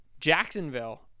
Jacksonville